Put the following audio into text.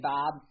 Bob